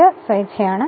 അത് സ്വേച്ഛയാണ്